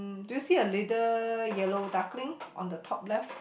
do you see a little yellow duckling on the top left